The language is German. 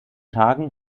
tagen